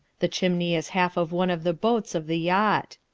the chimney is half of one of the boats of the yacht.